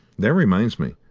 that reminds me,